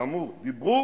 כאמור, דיברו